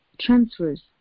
transfers